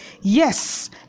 Yes